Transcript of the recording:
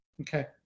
Okay